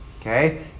Okay